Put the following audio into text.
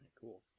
Cool